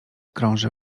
krąży